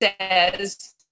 says